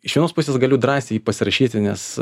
iš vienos pusės galiu drąsiai jį pasirašyti nes